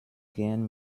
gehen